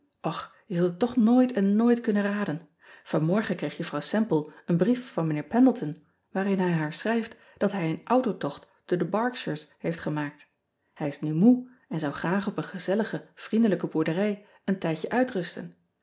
ch je zult het toch nooit en nooit kunnen raden anmorgen kreeg uffrouw emple een brief van ijnheer endleton waarin hij haar schrijft dat hij een autotocht door de erkshires heeft gemaakt ij is nu moe en zou graag op een gezellige vriendelijke boerderij een tijdje uitrusten